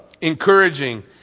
encouraging